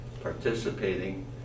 participating